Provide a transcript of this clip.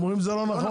הם אומרים שהם בעד.